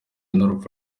n’urupfu